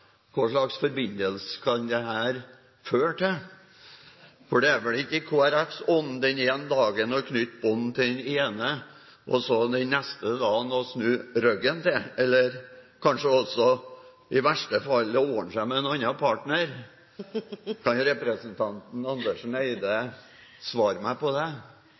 Hva slags forbindelse kan dette føre til? Det er vel ikke i Kristelig Folkepartis ånd den ene dagen å knytte bånd til den ene og neste dag å snu ryggen til, eller kanskje også i verste fall å ordne seg med en annen partner? Kan representanten Andersen Eide svare meg på det?